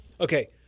Okay